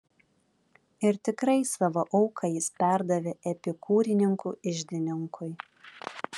ir tikrai savo auką jis perdavė epikūrininkų iždininkui